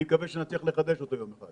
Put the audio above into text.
ואני מקווה שיום אחד נצליח לחדש אותו.